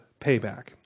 payback